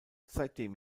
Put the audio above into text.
seitdem